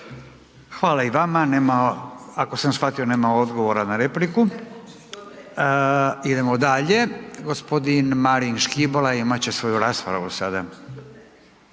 Hvala i vama. Ako sam shvatio nema odgovora na repliku. Idemo dalje, gospodin Marin Škibola imat će svoju raspravu sada.